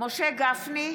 משה גפני,